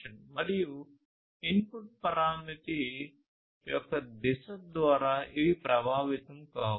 మరియు ఇన్పుట్ పరామితి యొక్క దిశ ద్వారా ఇవి ప్రభావితం కావు